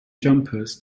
jumpers